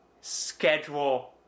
schedule